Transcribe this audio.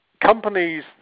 companies